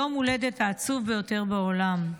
יום ההולדת העצוב ביותר בעולם.